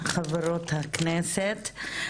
חברות הכנסת.